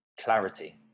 Clarity